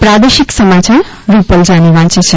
પ્રાદેશિક સમાયાર રૂપલ જાની વાંચે છે